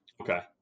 okay